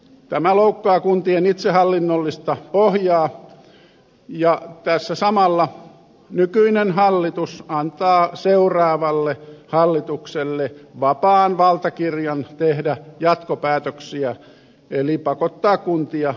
tämä loukkaa kuntien itsehallinnollista pohjaa ja tässä nykyinen hallitus antaa samalla seuraavalle hallitukselle vapaan valtakirjan tehdä jatkopäätöksiä eli pakottaa kuntia yhteen